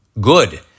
good